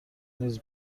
نیز